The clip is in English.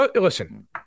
Listen